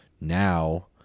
now